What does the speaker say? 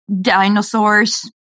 Dinosaurs